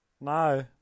no